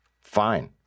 Fine